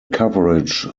coverage